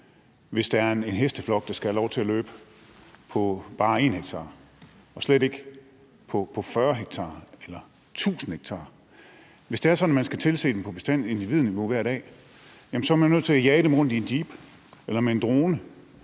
hvis der er en hesteflok, der skal have lov til at løbe på bare 1 ha og slet ikke på 40 ha eller 1.000 ha. Hvis det er sådan, at man skal tilse dem på individniveau hver dag, er man nødt til at jage dem rundt i en jeep eller med en drone.